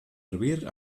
hervir